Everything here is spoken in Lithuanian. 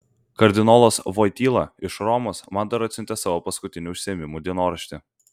kardinolas voityla iš romos man dar atsiuntė savo paskutinių užsiėmimų dienoraštį